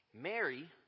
Mary